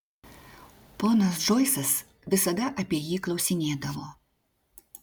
ponas džoisas visada apie jį klausinėdavo